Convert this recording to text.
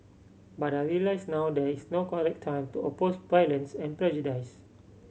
but I realise now that there is no correct time to oppose violence and prejudice